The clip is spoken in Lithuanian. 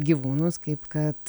gyvūnus kaip kad